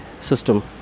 system